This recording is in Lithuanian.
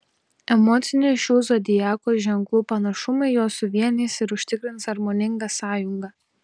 emociniai šių zodiako ženklų panašumai juos suvienys ir užtikrins harmoningą sąjungą